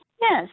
Yes